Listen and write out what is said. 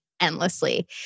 endlessly